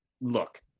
Look